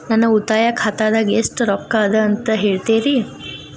ನನ್ನ ಉಳಿತಾಯ ಖಾತಾದಾಗ ಎಷ್ಟ ರೊಕ್ಕ ಅದ ಅಂತ ಹೇಳ್ತೇರಿ?